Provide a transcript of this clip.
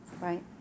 right